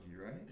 right